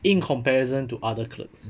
in comparison to other clerks